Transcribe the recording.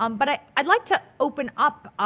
um but i-i'd like to open up